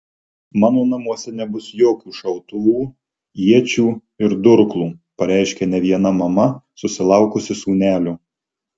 mano namuose nebus jokių šautuvų iečių ir durklų pareiškia ne viena mama susilaukusi sūnelio